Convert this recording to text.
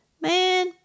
Man